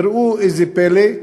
וראו זה פלא,